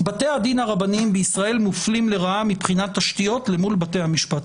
בתי הדין הרבניים בישראל מופלים לרעה מבחינת תשתיות אל מול בתי המשפט,